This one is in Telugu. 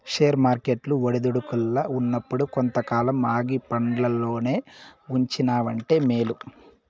షేర్ వర్కెట్లు ఒడిదుడుకుల్ల ఉన్నప్పుడు కొంతకాలం ఆగి పండ్లల్లోనే ఉంచినావంటే మేలు